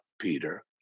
Peter